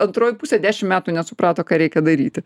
antroji pusė dešim metų nesuprato ką reikia daryti